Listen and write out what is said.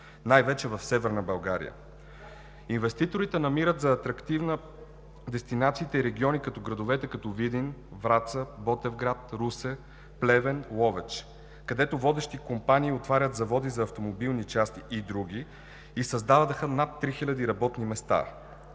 най-вече в Северна България. Инвеститорите намират за атрактивна дестинация региони и градове, като Видин, Враца, Ботевград, Русе, Плевен, Ловеч, където водещи компании отварят заводи за автомобилни части и други и създадоха над 3000 работни места.